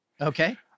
Okay